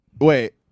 Wait